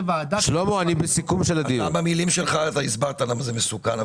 שלמה, במילים שלך הסברת למה זה מסוכן.